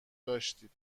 داشتید